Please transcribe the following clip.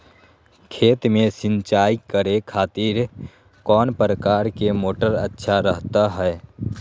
खेत में सिंचाई करे खातिर कौन प्रकार के मोटर अच्छा रहता हय?